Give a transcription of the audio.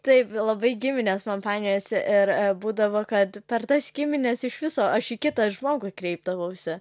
taip labai giminės man painiojosi ir būdavo kad per tas gimines iš viso aš į kitą žmogų kreipdavausi